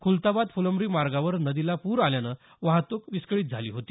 खुलताबाद फुलंब्री मार्गावर नदीला पूर आल्यानं वाहतूक विस्कळीत झाली होती